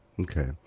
Okay